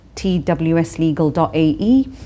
TWSlegal.ae